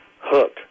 hook